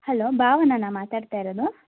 hello ಭಾವನನಾ ಮಾತಾಡ್ತಾ ಇರೋದು